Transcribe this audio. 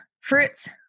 fruits